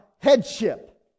Headship